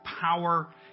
power